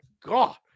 God